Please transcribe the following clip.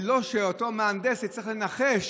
ולא שאותו מהנדס יצטרך לנחש,